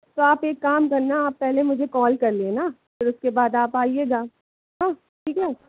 तो आप एक काम करना आप पहले मुझे कॉल कर लेना फिर उसके बाद आप आइएगा हाँ ठीक है